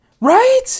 Right